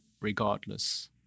regardless